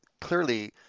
clearly